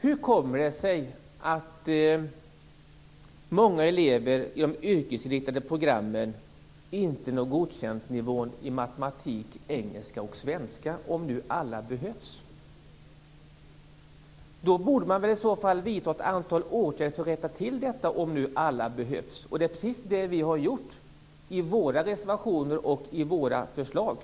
Hur kommer det sig, om nu alla behövs, att många elever i de yrkesinriktade programmen inte når nivån godkänt i matematik, engelska och svenska? I så fall borde man väl vidta ett antal åtgärder för att rätta till detta. Och det är precis vad vi har gjort i våra reservationer och i våra förslag.